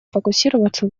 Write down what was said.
фокусироваться